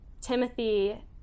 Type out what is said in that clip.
Timothy